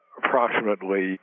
approximately